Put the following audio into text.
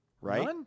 Right